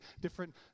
different